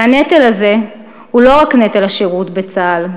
והנטל הזה הוא לא רק נטל השירות בצה"ל,